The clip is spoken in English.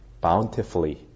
bountifully